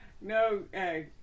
no